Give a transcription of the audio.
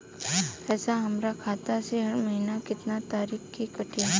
पैसा हमरा खाता से हर महीना केतना तारीक के कटी?